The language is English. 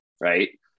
Right